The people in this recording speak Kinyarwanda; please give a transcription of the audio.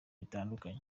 bitandukanye